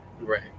Right